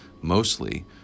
mostly